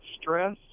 stress